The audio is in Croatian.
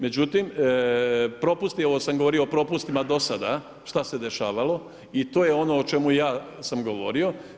Međutim, propust je, ja sam govorio o propustima dosada šta se dešavalo i to je ono o čemu ja sam govorio.